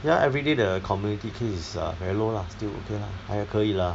ya everyday the community case is uh very low lah still okay lah 还可以 lah